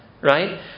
right